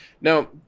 Now